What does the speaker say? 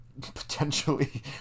potentially